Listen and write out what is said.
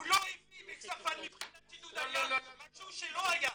הוא לא הביא לצרפת מבחינת עידוד עליה משהו שלא היה.